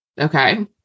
Okay